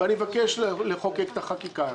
ואני מבקש לחוקק את החקיקה הזאת.